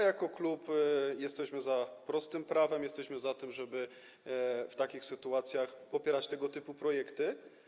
Jako klub jesteśmy za prostym prawem, jesteśmy za tym, żeby w takich sytuacjach popierać tego typu projekty.